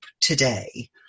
today